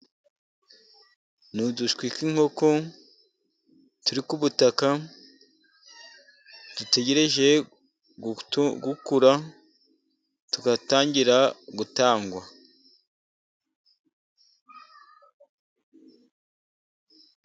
Ni udushwi tw' inkoko turi ku butaka, dutegereje gukura tugatangira gutangwa.